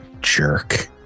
jerk